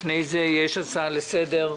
לפני זה יש הצעה לסדר.